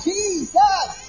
Jesus